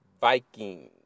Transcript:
Vikings